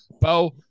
Bo